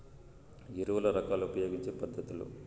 ఎరువుల రకాలు ఉపయోగించే పద్ధతులు?